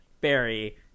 Barry